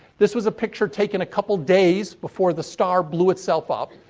this was a picture taken a couple days before the star blew itself up.